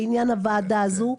בעניין הוועדה הזו,